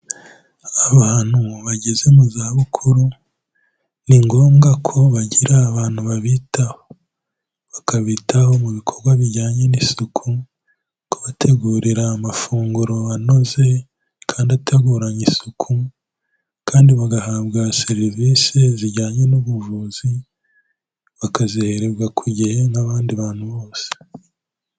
Abantu bageze mu zabukuru ni ngombwa ko bagira abantu babitaho, bakabitaho mu bikorwa bijyanye n'isuku, kubategurira amafunguro anoze kandi ateguranye isuku kandi bagahabwa serivise zijyanye n'ubuvuzi, bakazihererwa ku gihe nk'abandi bantu bose.